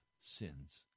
sins